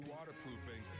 Waterproofing